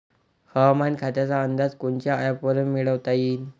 हवामान खात्याचा अंदाज कोनच्या ॲपवरुन मिळवता येईन?